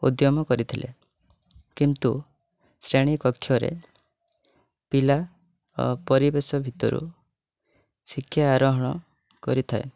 ଉଦ୍ୟମ କରିଥିଲେ କିନ୍ତୁ ଶ୍ରେଣୀ କକ୍ଷରେ ପିଲା ପରିବେଶ ଭିତରୁ ଶିକ୍ଷା ଆରୋହଣ କରିଥାଏ